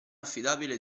affidabile